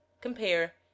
Compare